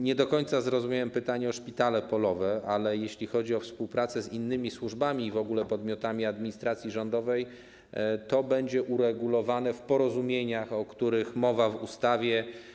Nie do końca zrozumiałem pytanie o szpitale polowe, ale jeśli chodzi o współpracę z innymi służbami i w ogóle podmiotami administracji rządowej, to będzie to uregulowane w porozumieniach, o których mowa w ustawie.